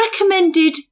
recommended